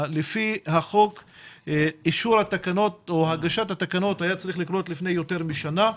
לפי החוק אישור התקנות או הגשת התקנות היה צריך לקרות לפני יותר משנה,